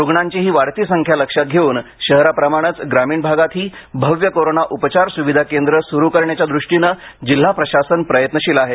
रुग्णांची ही वाढती संख्या लक्षात घेऊन शहराप्रमाणेच ग्रामीण भागातही भव्य कोरोना उपचार सुविधा केंद्र सुरु करण्याच्या दृष्टीनं जिल्हा प्रशासन प्रयत्नशील आहे